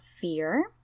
fear